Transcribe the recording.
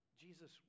Jesus